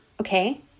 okay